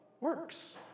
works